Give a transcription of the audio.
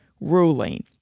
ruling